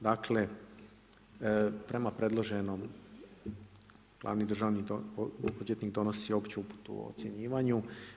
Dakle, prema predloženom glavni državni odvjetnik donosi opću uputu o ocjenjivanju.